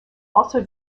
also